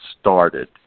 started